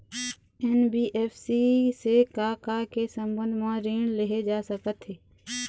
NBFC से का का के संबंध म ऋण लेहे जा सकत हे?